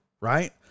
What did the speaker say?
right